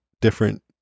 different